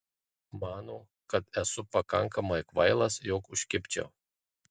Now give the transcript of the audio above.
mano kad esu pakankamai kvailas jog užkibčiau